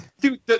Dude